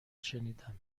شنیدم